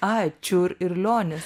ai čiur ir lionis